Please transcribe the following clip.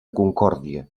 concòrdia